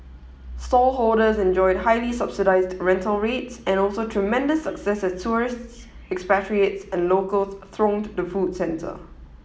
stallholders enjoyed highly subsidised rental rates and also tremendous success as tourists expatriates and locals thronged the food centre